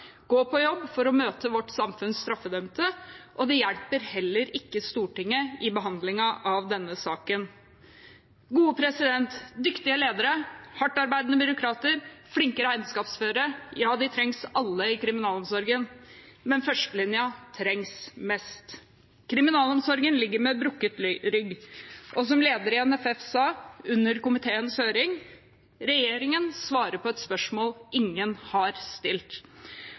på jobb for å møte vårt samfunns straffedømte, og det hjelper heller ikke Stortinget i behandlingen av denne saken. Dyktige ledere, hardtarbeidende byråkrater, flinke regnskapsførere – ja, de trengs alle i kriminalomsorgen. Men førstelinjen trengs mest. Kriminalomsorgen ligger med brukket rygg. Og som lederen i NFF sa under komiteens høring: Regjeringen svarer på spørsmål ingen har stilt.